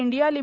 India लि